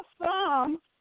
awesome